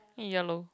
ya loh